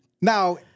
Now